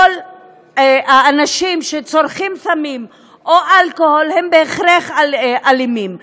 האנשים שצורכים סמים או אלכוהול הם בהכרח אלימים.